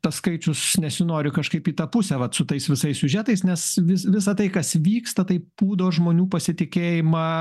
paskaičius nesinori kažkaip į tą pusę vat su tais visais siužetais nes vis visa tai kas vyksta tai pūdo žmonių pasitikėjimą